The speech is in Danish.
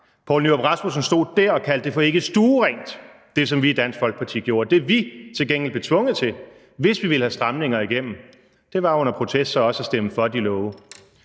Poul Nyrup Rasmussen stod der og kaldte det for ikkestuerent, altså det, som vi i Dansk Folkeparti gjorde. Det, vi til gengæld blev tvunget til, hvis vi ville have stramninger igennem, var under protest så også at stemme for de love.